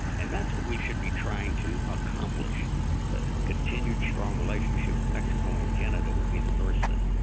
and that's what we should be trying to accomplish a continued strong relationship with mexico and canada would be the first thing.